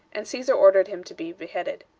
and caesar ordered him to be beheaded.